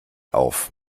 auf